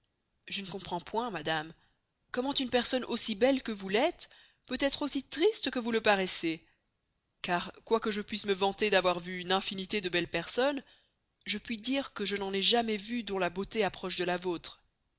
je ne comprens point madame comment une personne aussi belle que vous l'estes peut estre aussi triste que vous le paraissiez car quoyque je puisse me vanter d'avoir veu une infinité de belles personnes je puis dire que je n'en ay jamais vû dont la beauté approche de la vostre